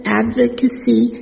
advocacy